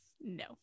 No